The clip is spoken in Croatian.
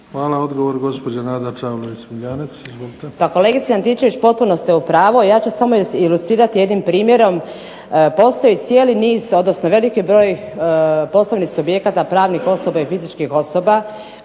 Hvala. Odgovor gospođa Nada Čavlović Smiljanec.